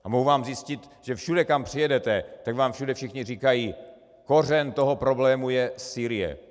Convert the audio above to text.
A mohu vám zjistit, že všude, kam přijedete, tak vám všude všichni říkají: kořen toho problému je Sýrie.